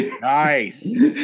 nice